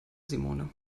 simone